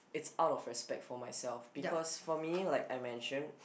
it's out of respect for myself because for me like I mentioned